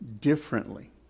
differently